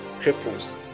cripples